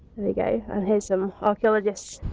there you go, and here's some archaeologists.